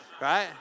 right